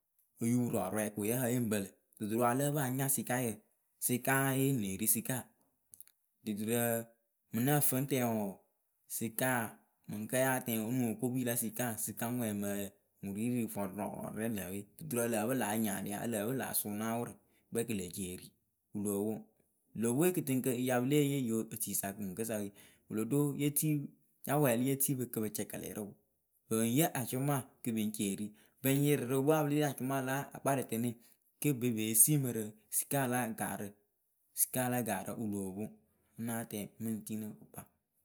oyupurɔɔrɔɛ ko yǝ pǝ yɨŋ pǝ lǝ duturǝ a lǝǝ pɨ a nya sɩkayǝ sɩkaye nee ri sɩkaa mɨŋ nǝh fɨ ŋ́ tɛn wǝǝ sɩkaa mɨ ŋkǝ yaa tɛŋ o nuŋ okopi la sɩkaa sɩkaŋwɛ mɨ ǝyǝ wɨ ri rɨ vɔrʊrɔɔrǝ rɛ lǝǝwe duturǝ ǝ lǝǝ pɨ la a nyɩŋ aria ǝ lǝǝ pɩ la sʊ naawʊʊrǝ kpɛŋ kɨ le eci e ri wɨ loo poŋ lo pwe kɨtɨŋkǝ pɨya pɨ le yee yiotuisa mɨŋkɨsa we wɨ lo do le tii pɨ ya wɛɛlɩ le tii pɨ kɨ pɨ cɛkɛlɛ rǝ wɨ pɨŋ yee acʊma kɨ pɨ ŋ ci eri bɨɓ yirɩ rɨ epɨ we ya pɨ lée yee acʊma la akparɨtɨnɨyǝ kɨ pɨ pee siimɨ rɨ sɩkaa la gaarǝ sɩkaa la gaarǝ wɨ loo poŋ náa mɨŋ tii nɨ kɨkpa.